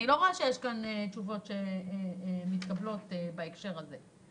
אני לא רואה שיש כאן תשובות שמתקבלות בהקשר הזה.